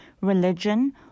religion